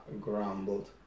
grumbled